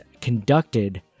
conducted